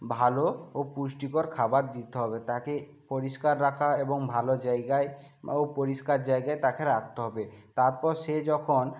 ভালো ও পুষ্টিকর খাবার দিতে হবে তাকে পরিষ্কার রাখা এবং ভালো জায়গায় ও পরিষ্কার জায়গায় তাকে রাখতে হবে তারপর সে যখন